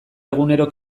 egunero